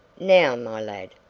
now, my lad,